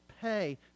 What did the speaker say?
pay